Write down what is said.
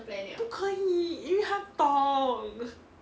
不可以因为他懂